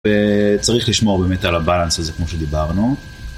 צריך לשמור באמת על הבאלנס הזה, כמו שדיברנו.